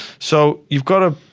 so you've got to,